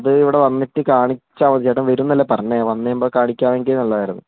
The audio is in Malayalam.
അത് ഇവിടെ വന്നിട്ടു കാണിച്ചാല് മതി ചേട്ടൻ വരുമെന്നല്ലേ പറഞ്ഞത് വന്നുകഴിയുമ്പോള് കാണിക്കാമെങ്കില് നല്ലതായിരുന്നു